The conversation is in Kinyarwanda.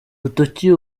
rutoki